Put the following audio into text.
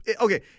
Okay